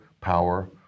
power